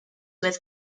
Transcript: with